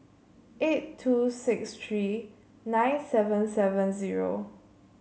eight two six three nine seven seven zero